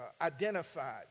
identified